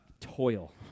toil